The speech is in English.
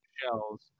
shells